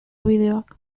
bideoak